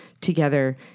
together